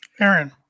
Aaron